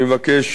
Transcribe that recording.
אני מבקש